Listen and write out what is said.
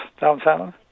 downtown